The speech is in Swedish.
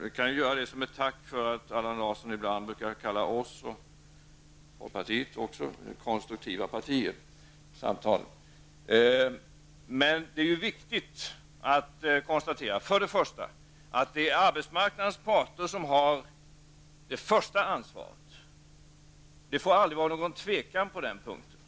Jag kan ställa upp på sådana som ett tack för att Allan Larsson ibland kallar centern och också folkpartiet för konstruktiva partier i samtalen. Främst är det viktigt att konstatera att det är arbetsmarknadens parter som har det första ansvaret. Det får aldrig råda någon tvekan på den punkten.